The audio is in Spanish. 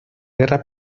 guerra